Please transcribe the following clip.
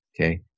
Okay